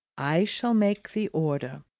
i shall make the order.